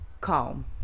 calm